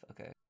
Okay